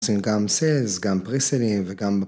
זה גם סיילס, גם פריסלינג וגם...